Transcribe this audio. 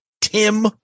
Tim